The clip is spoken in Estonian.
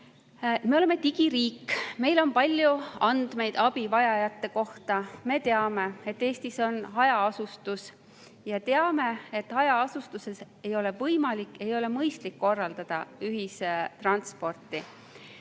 oleme digiriik, meil on palju andmeid abivajajate kohta. Me teame, et Eestis on hajaasustus, ja teame, et hajaasustus[piirkondades] ei ole võimalik, ei ole mõistlik korraldada ühistransporti.